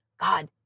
God